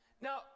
Now